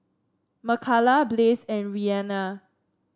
Makala Blaze and Rhianna